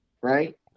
right